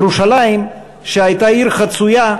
ירושלים, שהייתה עיר חצויה,